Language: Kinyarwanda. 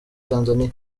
tanzania